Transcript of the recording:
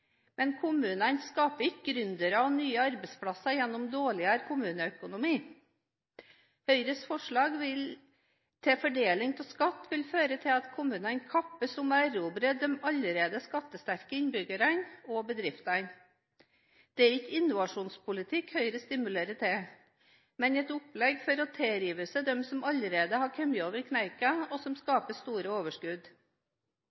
men kommunene skaper ikke gründere og nye arbeidsplasser gjennom dårligere kommuneøkonomi. Høyres forslag til fordeling av skatt vil føre til at kommunene kappes om å erobre de allerede skattesterke innbyggerne og bedriftene. Det er ikke innovasjonspolitikk Høyre stimulerer til, men et opplegg for å tilrive seg dem som allerede har kommet seg over kneika, og som